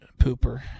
pooper